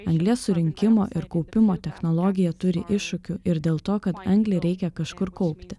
anglies surinkimo ir kaupimo technologija turi iššūkių ir dėl to kad anglį reikia kažkur kaupti